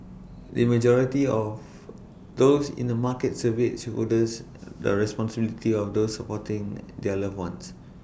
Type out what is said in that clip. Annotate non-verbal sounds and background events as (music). the majority of those in the markets surveyed shoulder (noise) the responsibility of the supporting (hesitation) their loved ones